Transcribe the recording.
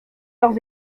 leurs